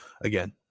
again